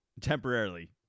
temporarily